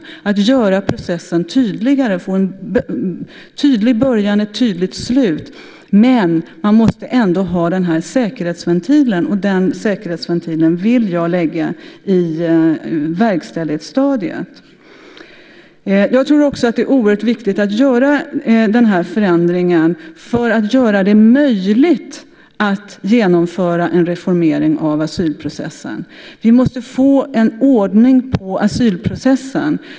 Jag vill göra processen tydligare, få en tydlig början och ett tydligt slut. Men man måste ändå ha den här säkerhetsventilen, och den säkerhetsventilen vill jag lägga i verkställighetsstadiet. Jag tror också att det är oerhört viktigt att göra den här förändringen för att göra det möjligt att genomföra en reformering av asylprocessen. Vi måste få ordning på asylprocessen.